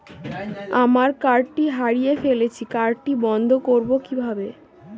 আমার কার্ডটি হারিয়ে ফেলেছি কার্ডটি বন্ধ করব কিভাবে?